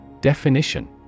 Definition